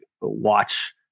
watch